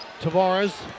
Tavares